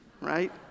right